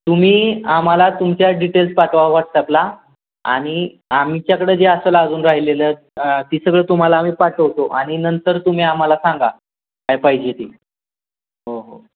तुम्ही आम्हाला तुमच्या डिटेल्स पाठवा व्हॉट्सॲपला आणि आमच्याकडं जे असंल अजून राहिलेलं ते सगळं तुम्हाला आम्ही पाठवतो आणि नंतर तुम्ही आम्हाला सांगा काय पाहिजे ती हो हो